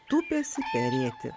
tūpėsi perėti